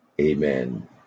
amen